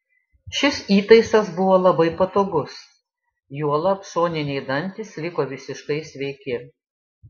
šis įtaisas buvo labai patogus juolab šoniniai dantys liko visiškai sveiki